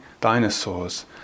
dinosaurs